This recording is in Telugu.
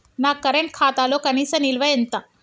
నా కరెంట్ ఖాతాలో కనీస నిల్వ ఎంత?